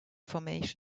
formation